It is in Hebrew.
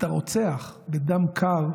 את הרוצח בדם קר,